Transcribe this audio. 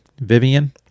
Vivian